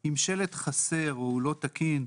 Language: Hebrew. אם שלט חסר או הוא לא תקין,